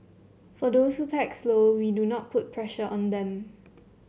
for those who pack slow we do not put pressure on them